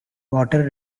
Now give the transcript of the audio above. water